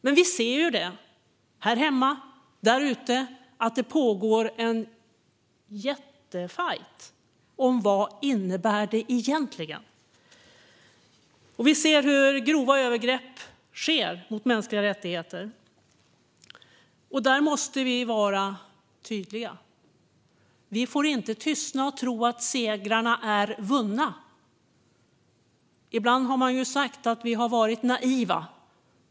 Men vi ser ju här hemma och där ute att det pågår en jättefajt om vad det innebär egentligen. Vi ser hur grova övergrepp sker mot mänskliga rättigheter. Där måste vi vara tydliga. Vi får inte tystna och tro att segrarna är vunna. Ibland har vi sagt att vi har varit naiva.